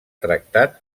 tractat